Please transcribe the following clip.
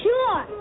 Sure